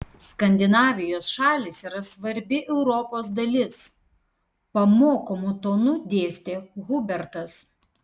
skandinavijos šalys yra svarbi europos dalis pamokomu tonu dėstė hubertas